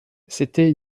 c’était